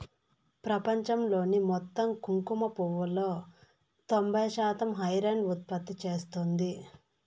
ప్రపంచంలోని మొత్తం కుంకుమ పువ్వులో తొంబై శాతం ఇరాన్ ఉత్పత్తి చేస్తాంది